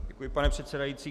Děkuji, pane předsedající.